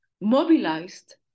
mobilized